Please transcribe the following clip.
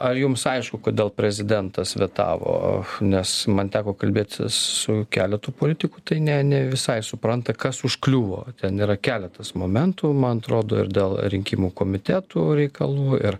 ar jums aišku kodėl prezidentas vetavo nes man teko kalbėt su keletu politikų tai ne ne visai supranta kas užkliuvo ten yra keletas momentų man atrodo ir dėl rinkimų komitetų reikalų ir